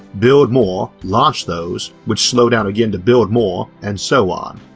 build more, launch those, which slow down again to build more, and so on.